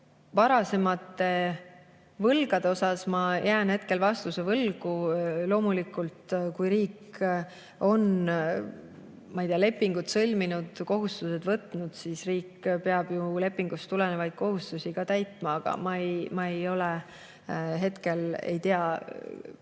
Varasemate võlgade osas ma jään hetkel vastuse võlgu. Loomulikult, kui riik on, ma ei tea, lepingud sõlminud, kohustused võtnud, siis ta peab lepingust tulenevaid kohustusi täitma. Aga ma hetkel ei tea nendest